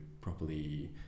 properly